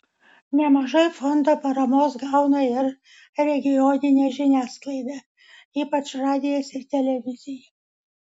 nemažai fondo paramos gauna ir regioninė žiniasklaida ypač radijas ir televizija